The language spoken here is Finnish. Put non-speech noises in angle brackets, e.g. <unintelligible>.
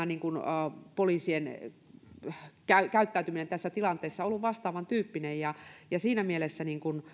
<unintelligible> niin olisiko poliisien käyttäytyminen tässä tilanteessa ollut vastaavantyyppinen siinä mielessä